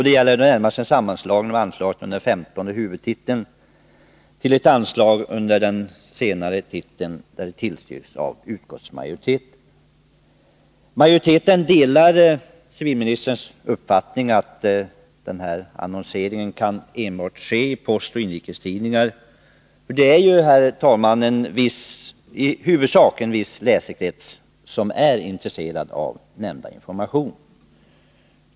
Det gäller närmast en sammanslagning av anslaget under elfte huvudtiteln med anslagsposten under femtonde huvudtiteln till ett anslag under den senare, vilket tillstyrks av utskottsmajoriteten. Majoriteten delar civilministerns uppfattning att kungörelseannonseringen kan ske enbart i Postoch Inrikes Tidningar. Det är i huvudsak en viss läsekrets som är intresserad av nämnda information.